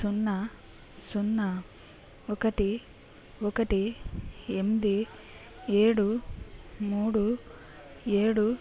సున్నా సున్నా ఒకటి ఒకటి ఎనిమిది ఏడు మూడు ఏడు